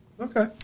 Okay